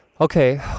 Okay